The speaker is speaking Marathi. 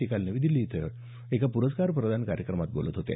ते काल नवी दिल्ली इथं एका प्रस्कार प्रदान कार्यक्रमात बोलत होते